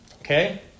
Okay